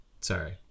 sorry